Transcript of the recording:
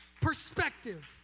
Perspective